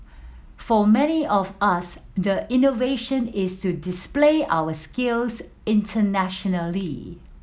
for many of us the innovation is to display our skills internationally